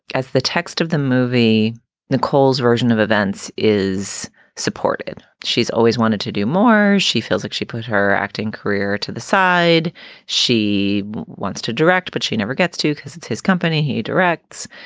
as the text of the movie nicole's version of events is supported, she's always wanted to do more. she feels like she put her acting career to the side she wants to direct, but she never gets to because it's his company he directs.